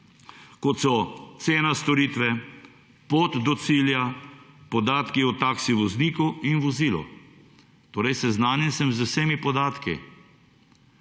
kot so cena storitve, pot do cilja, podatki o taksi vozniku in vozilo. Torej, seznanjen sem z vsemi podatki.